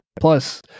Plus